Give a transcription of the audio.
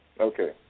Okay